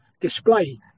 display